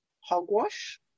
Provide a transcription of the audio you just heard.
hogwash